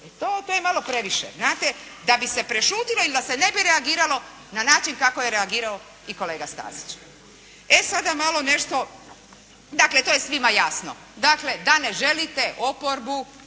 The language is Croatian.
to je malo previše. Znate, da bi se prešutilo i da se ne bi reagiralo na način kako je reagirao i kolega Stazić. E, sada malo nešto, dakle, to je svima jasno, dakle, da ne želite oporbu